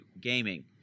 gaming